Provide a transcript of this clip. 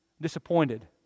disappointed